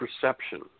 perception